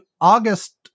August